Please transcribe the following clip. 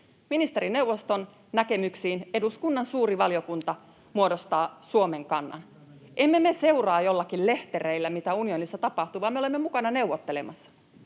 Ministerineuvoston näkemyksiin eduskunnan suuri valiokunta muodostaa Suomen kannan. Emme me seuraa joillakin lehtereillä, mitä unionissa tapahtuu, vaan me olemme mukana neuvottelemassa.